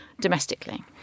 domestically